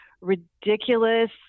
ridiculous